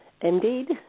Indeed